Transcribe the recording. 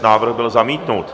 Návrh byl zamítnut.